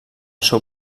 seu